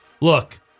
Look